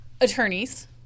attorneys